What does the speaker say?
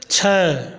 छओ